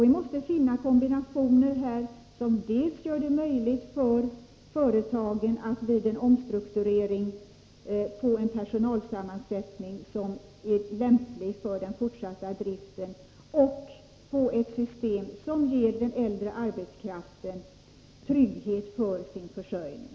Vi måste finna kombinationer som dels gör det möjligt för företagen att vid en omstrukturering få en personalsammansättning som är lämplig för den fortsatta driften, dels ger den äldre arbetskraften trygghet för sin försörjning.